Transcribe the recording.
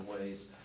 Ways